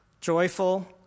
joyful